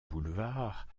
boulevard